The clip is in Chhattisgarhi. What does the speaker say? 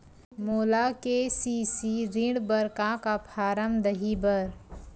मोला के.सी.सी ऋण बर का का फारम दही बर?